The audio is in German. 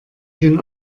den